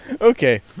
Okay